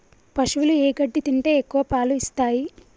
పశువులు ఏ గడ్డి తింటే ఎక్కువ పాలు ఇస్తాయి?